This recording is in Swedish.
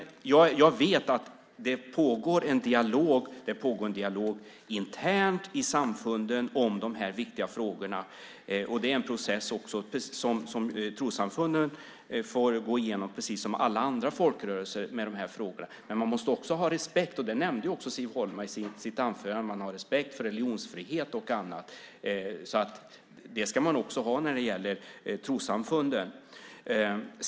Jag vet att det pågår en dialog. Det pågår en dialog internt i samfunden om de här viktiga frågorna. Det är en process som trossamfunden får gå igenom precis som alla andra folkrörelser. Men som Siv Holma nämnde i sitt anförande måste man också ha respekt för religionsfrihet och annat. Det ska man ha också när det gäller trossamfunden.